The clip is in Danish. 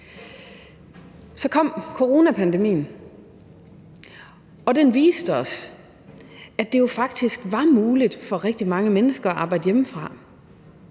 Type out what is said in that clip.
Så kom coronapandemien, og den viste os, at det jo faktisk var muligt for rigtig mange mennesker at arbejde hjemmefra.